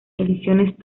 ediciones